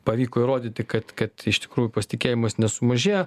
pavyko įrodyti kad kad iš tikrųjų pasitikėjimas nesumažėjo